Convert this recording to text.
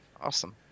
Awesome